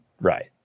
Right